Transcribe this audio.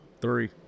Three